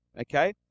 Okay